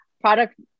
product